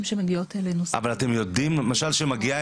אבל אתם יודעים אם מגיעה